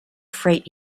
freight